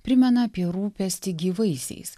primena apie rūpestį gyvaisiais